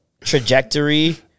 trajectory